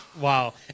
Wow